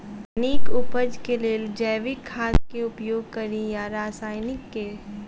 नीक उपज केँ लेल जैविक खाद केँ उपयोग कड़ी या रासायनिक केँ?